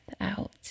out